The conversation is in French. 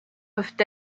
peuvent